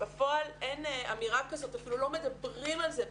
בפועל אין אמירה כזאת ואפילו לא מדברים על זה בעל-יסודי.